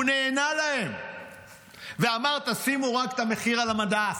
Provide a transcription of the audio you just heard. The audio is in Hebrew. הוא נענה להם ואמר: תשימו רק את המחיר על המדף.